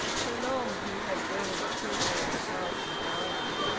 for long he had been a prisoner in the house and garden.